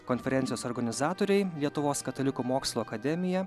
konferencijos organizatoriai lietuvos katalikų mokslo akademija